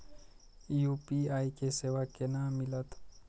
UPI के सेवा केना मिलत?